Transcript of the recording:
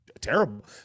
terrible